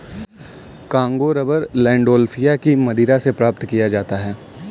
Congo rubber Landolphia की मदिरा से प्राप्त किया जाता है